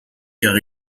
car